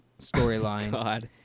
storyline